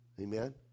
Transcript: Amen